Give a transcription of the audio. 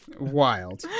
Wild